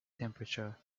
temperature